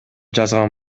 жазган